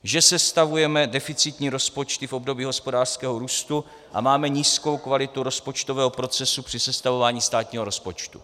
Že sestavujeme deficitní rozpočty v období hospodářského růstu a máme nízkou kvalitu rozpočtového procesu při sestavování státního rozpočtu.